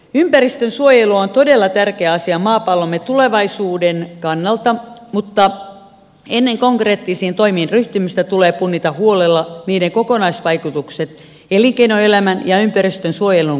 ympäristönsuojelu on todella tärkeä asia maapallomme tulevaisuuden kannalta mutta ennen konkreettisiin toimiin ryhtymistä tulee punnita huolella toimien kokonaisvaikutukset elinkeinoelämän ja ympäristönsuojelun kannalta